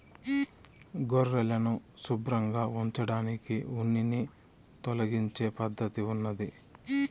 గొర్రెలను శుభ్రంగా ఉంచడానికి ఉన్నిని తొలగించే పద్ధతి ఉన్నాది